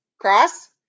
cross